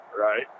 Right